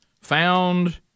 found